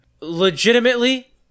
Legitimately